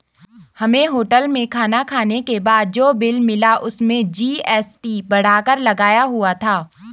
हमें होटल में खाना खाने के बाद जो बिल मिला उसमें जी.एस.टी बढ़ाकर लगाया हुआ था